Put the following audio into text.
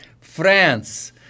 France